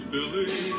Billy